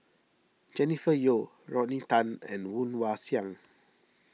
Jennifer Yeo Rodney Tan and Woon Wah Siang